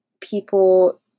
people